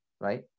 right